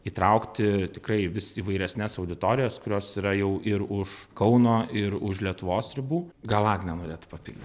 įtraukti tikrai vis įvairesnes auditorijas kurios yra jau ir už kauno ir už lietuvos ribų gal agnė norėtų papildyt